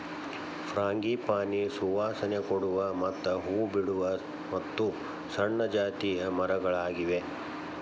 frangipani ಸುವಾಸನೆ ಕೊಡುವ ಮತ್ತ ಹೂ ಬಿಡುವ ಮತ್ತು ಸಣ್ಣ ಜಾತಿಯ ಮರಗಳಾಗಿವೆ